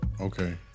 Okay